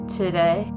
today